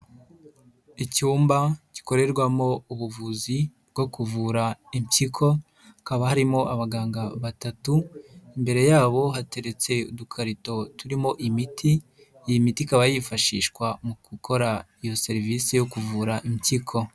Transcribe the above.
Icyumba gikorerwamo ubuvuzi bwo kuvura impyiko hakaba harimo abaganga batatu, imbere yabo hateretse udukarito turimo imiti, iyi miti ikaba yifashishwa mu gukora iyo serivisi yo kuvura impyiko.